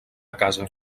casa